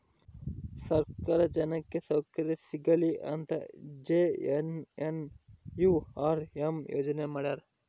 ಸರ್ಕಾರ ಜನಕ್ಕೆ ಸೌಕರ್ಯ ಸಿಗಲಿ ಅಂತ ಜೆ.ಎನ್.ಎನ್.ಯು.ಆರ್.ಎಂ ಯೋಜನೆ ಮಾಡ್ಯಾರ